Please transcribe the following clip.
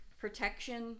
protection